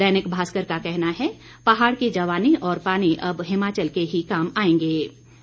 दैनिक भास्कर का कहना है पहाड़ की जवानी और पानी अब हिमाचल के ही काम आएंगे